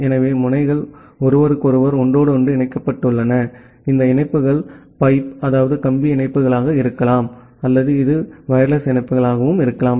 எனவே முனைகள் ஒருவருக்கொருவர் ஒன்றோடொன்று இணைக்கப்பட்டுள்ளன இந்த இணைப்புகள் கம்பி இணைப்புகளாக இருக்கலாம் அல்லது இது வயர்லெஸ் இணைப்புகளாகவும் இருக்கலாம்